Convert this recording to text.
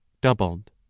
doubled